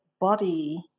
body